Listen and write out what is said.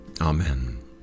Amen